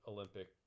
Olympic